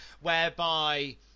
whereby